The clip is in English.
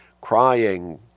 crying